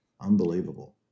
unbelievable